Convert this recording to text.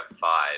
five